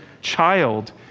child